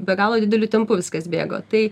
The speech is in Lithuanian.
be galo dideliu tempu viskas bėgo tai